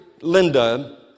Linda